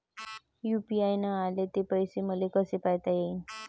UPI न आले ते पैसे मले कसे पायता येईन?